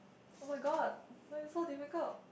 [oh]-my-god why is it so difficult